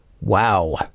Wow